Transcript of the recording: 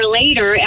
later